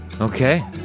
Okay